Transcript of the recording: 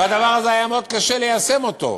והדבר הזה, היה מאוד קשה ליישם אותו.